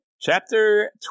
Chapter